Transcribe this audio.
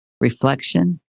reflection